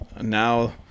now